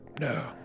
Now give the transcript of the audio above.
No